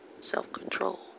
self-control